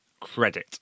credit